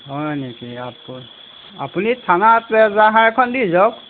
হয় নেকি আপুনি আপুনি থানাত এহেজাৰখন দি যাওক